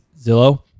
Zillow